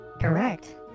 Correct